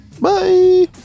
Bye